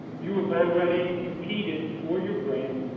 you have already competed for your grant,